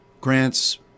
grants